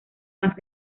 más